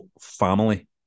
family